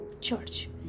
Church